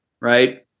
right